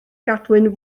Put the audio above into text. gadwyn